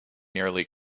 nearly